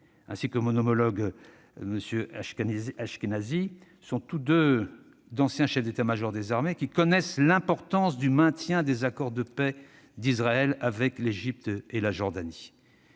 Gantz et mon homologue M. Ashkenazi sont tous deux d'anciens chefs d'état-major des armées qui connaissent l'importance du maintien des accords de paix d'Israël avec l'Égypte et la Jordanie.